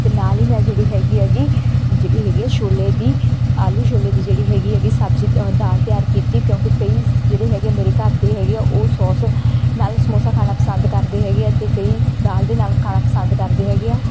ਅਤੇ ਨਾਲ ਹੀ ਮੈਂ ਜਿਹੜੀ ਹੈਗੀ ਐਗੀ ਜਿਹੜੀ ਹੈਗੀ ਆ ਛੋਲੇ ਦੀ ਆਲੂ ਛੋਲੇ ਦੀ ਜਿਹੜੀ ਹੈਗੀ ਹੈਗੀ ਸਬਜ਼ੀ ਦਾਲ ਤਿਆਰ ਕੀਤੀ ਕਿਉਂਕਿ ਕਈ ਜਿਹੜੇ ਹੈਗੇ ਮੇਰੇ ਘਰ ਦੇ ਹੈਗੇ ਆ ਉਹ ਸੋਸ ਨਾਲ ਸਮੋਸਾ ਖਾਣਾ ਪਸੰਦ ਕਰਦੇ ਹੈਗੇ ਆ ਅਤੇ ਕਈ ਦਾਲ ਦੇ ਨਾਲ ਖਾਣਾ ਪਸੰਦ ਕਰਦੇ ਹੈਗੇ ਆ